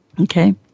okay